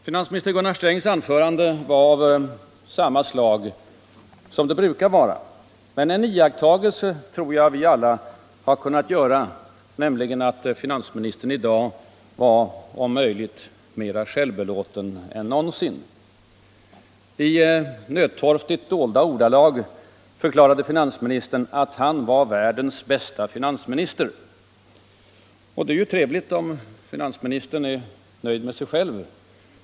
Finansminister Gunnar Strängs tal var av samma slag som de brukar vara. Men en iakttagelse tror jag att vi alla kunnat göra, nämligen att finansministern i dag var om möjligt mera självbelåten än någonsin. I nödtorftigt döljande ordalag förklarade finansministern att han var världens bästa finansminister. Det är ju trevligt om finansministern är nöjd med sig själv.